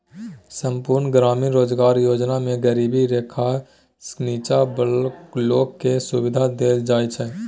संपुर्ण ग्रामीण रोजगार योजना मे गरीबी रेखासँ नीच्चॉ बला लोक केँ सुबिधा देल जाइ छै